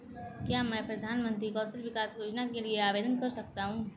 क्या मैं प्रधानमंत्री कौशल विकास योजना के लिए आवेदन कर सकता हूँ?